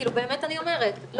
כאילו באמת אני אומרת.